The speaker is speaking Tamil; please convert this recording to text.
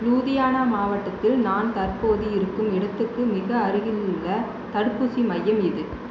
லூதியானா மாவட்டத்தில் நான் தற்போது இருக்கும் இடத்துக்கு மிக அருகிலுள்ள தடுப்பூசி மையம் எது